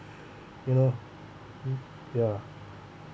you know mm ya